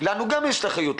לנו גם יש את האחריות,